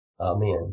Amen